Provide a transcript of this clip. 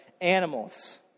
animals